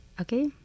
okay